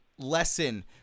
Lesson